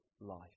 life